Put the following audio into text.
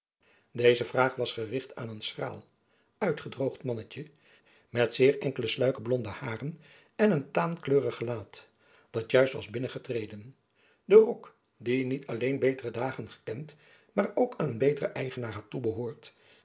deze vraag was gericht aan een schraal uitgedroogd mannetjen met zeer enkele sluike blonde hairen en een taankleurig gelaat dat juist was binnen getreden de rok die niet alleen betere dagen gekend maar ook aan een beteren eigenaar had